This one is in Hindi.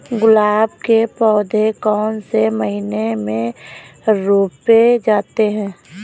गुलाब के पौधे कौन से महीने में रोपे जाते हैं?